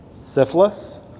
syphilis